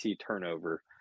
turnover